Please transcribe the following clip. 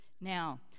Now